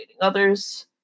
others